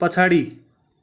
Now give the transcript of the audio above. पछाडि